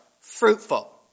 fruitful